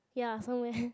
ya